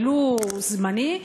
ולו זמני,